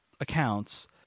accounts